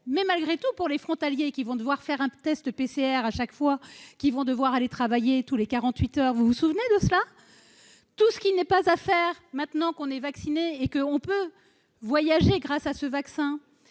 mais malgré tout, pour les frontaliers qui vont devoir faire un test PCR à chaque fois qu'ils vont devoir aller travailler tous les 48 heures, vous vous souvenez de cela, tout ce qui n'est pas à faire maintenant qu'on est vacciné et que on peut voyager grâce à ce vaccin,